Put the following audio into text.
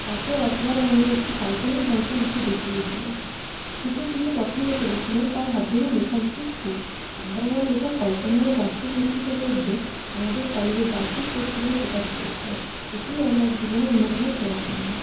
তাঁকে একবার আমি একটি কাল্পনিক গল্প লিখে দেখিয়েছিলাম সেটি তিনি পছন্দ করেছিলেন তার হাত ধরেই লেখালিখির শুরু একবার আমার লেখা কল্পনা ও বাস্তব মিশ্রিত গদ্য আমাদের কলেজের বার্ষিক পত্রিকায় প্রকাশ পেয়েছিলো এটিই আমার জীবনে অন্যতম সেরা পাওনা